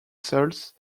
cells